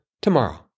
tomorrow